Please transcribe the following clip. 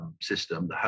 system